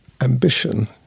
ambition